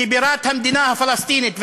כבירת המדינה הפלסטינית,